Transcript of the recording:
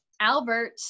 Albert